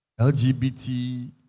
LGBT